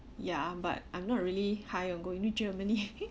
ya but I'm not really high on going to germany